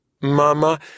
Mama